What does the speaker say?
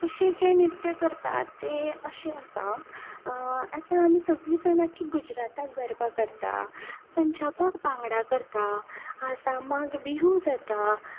तशें जे नृत्य करतात ते अशे आसा आतां आमी सगली जाणां गुजरातात गर्बा करता पंजाबाक भांगडा करता आसामाक बिहू जाता